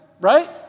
right